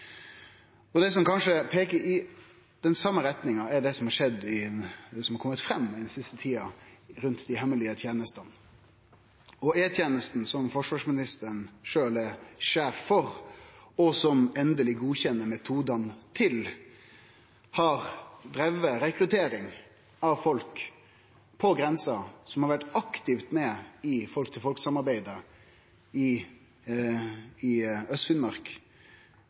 avhengig. Det som kanskje peiker i same retning, er det som har kome fram den siste tida om dei hemmelege tenestene. E-tenesta, som forsvarsministeren sjølv er sjef for, og som han endeleg godkjenner metodane til, har rekruttert – eller har forsøkt å rekruttere – folk på grensa som har vore aktivt med i folk-til-folk-samarbeidet i Aust-Finnmark, til å tenestegjere noko som har kome fram i fleire nyheitsoppslag i